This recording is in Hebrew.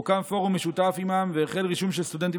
הוקם פורום משותף עימם והחל רישום של סטודנטים